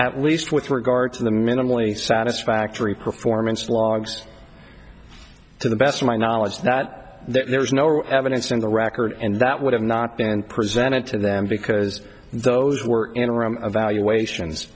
at least with regard to the minimally satisfactory performance logs to the best of my knowledge that there was no evidence in the records and that would have not been presented to them because those were evaluations